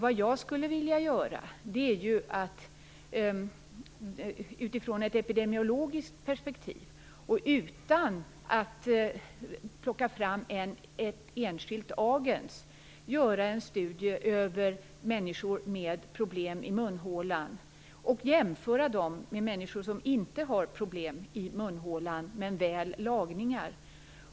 Vad jag skulle vilja är att utifrån ett epidemiologiskt perspektiv, och utan att plocka fram en enskild agens, göra en studie över människor med problem i munhålan och jämföra dem med människor som inte har problem i munhålan men som har lagningar.